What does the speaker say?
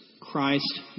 Christ